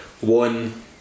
one